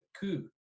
coup